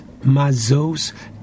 Mazos